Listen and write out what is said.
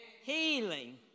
Healing